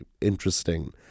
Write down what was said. interesting